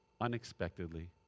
unexpectedly